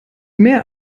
mehr